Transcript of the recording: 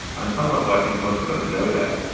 on some level, i think most of us know that.